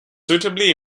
suitably